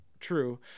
true